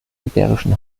iberischen